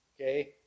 Okay